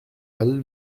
val